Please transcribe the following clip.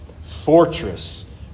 fortress